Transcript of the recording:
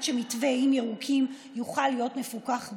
שמתווה איים ירוקים יוכל להיות מפוקח בריאותית.